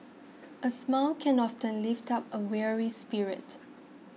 a smile can often lift up a weary spirit